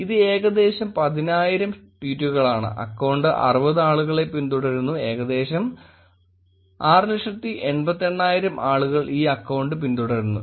ഇത് ഏകദേശം 10000 ട്വീറ്റുകളാണ് അക്കൌണ്ട് 60 ആളുകളെ പിന്തുടരുന്നു ഏകദേശം 688000 ആളുകൾ ഈ അക്കൌണ്ട് പിന്തുടരുന്നു